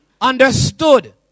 understood